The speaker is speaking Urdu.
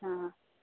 ہاں